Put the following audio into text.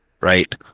right